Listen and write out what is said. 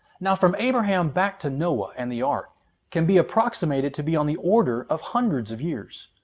now from abraham back to noah and the ark can be approximated to be on the order of hundreds of years.